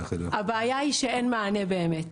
הבעיה היא שאין מענה באמת.